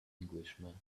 englishman